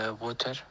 water